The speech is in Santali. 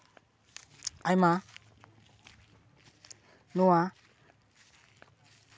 ᱟᱭᱢᱟ ᱱᱚᱣᱟ